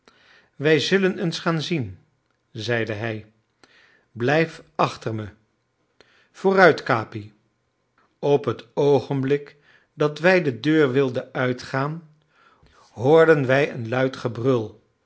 wij zullen eens gaan zien zeide hij blijf achter me vooruit capi op het oogenblik dat wij de deur wilden uitgaan hoorden wij een luid gebrul